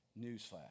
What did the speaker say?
Newsflash